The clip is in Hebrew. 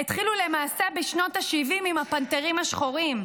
התחילו למעשה בשנות ה-70 עם הפנתרים השחורים,